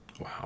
Wow